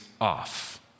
off